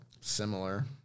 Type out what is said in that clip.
similar